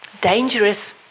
dangerous